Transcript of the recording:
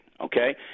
Okay